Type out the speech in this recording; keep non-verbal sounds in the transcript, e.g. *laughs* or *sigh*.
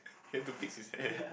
*laughs* had to fix his hair